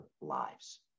lives